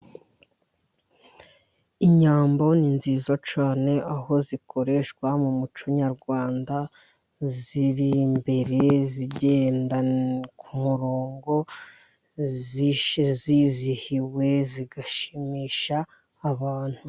Inyambo ni nziza cyane, aho zikoreshwa mu muco nyarwanda, ziri imbere zigenda ku murongo, zishe zizihiwe zigashimisha abantu.